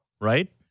right